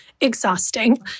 exhausting